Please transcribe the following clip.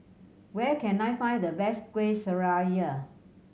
where can I find the best Kueh Syara